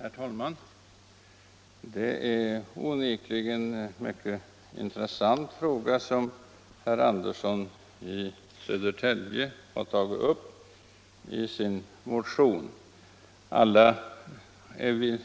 Herr talman! Det är onekligen en mycket intressant fråga som herr Andersson i Södertälje har tagit upp i sin motion. Alla är vi